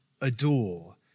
adore